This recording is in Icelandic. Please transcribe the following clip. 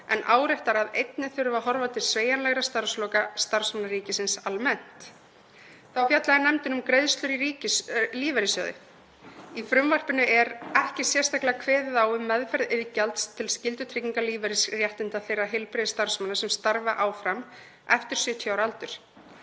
en áréttar að einnig þurfi að horfa til sveigjanlegra starfsloka starfsmanna ríkisins almennt. Þá fjallaði nefndin um greiðslur í lífeyrissjóði. Í frumvarpinu er ekki sérstaklega kveðið á um meðferð iðgjalds til skyldutryggingar lífeyrisréttinda þeirra heilbrigðisstarfsmanna sem starfa áfram eftir 70 ára aldur.